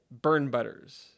burnbutters